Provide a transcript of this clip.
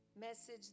message